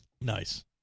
Nice